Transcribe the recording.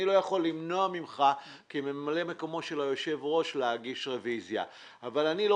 אני כמלא מקומו של היושב ראש לא יכול למנוע ממך להגיש רביזיה אבל אני לא